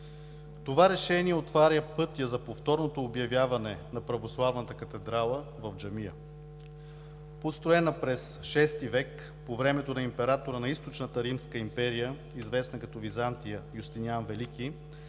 Това решение отваря пътя за повторното обявяване на православната катедрала в джамия. Построена през VI век по времето на императора на Източната Римска империя – Юстиниан Велики,